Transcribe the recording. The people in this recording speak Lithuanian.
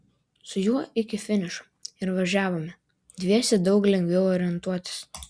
su juo iki finišo ir važiavome dviese daug lengviau orientuotis